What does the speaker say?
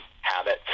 habits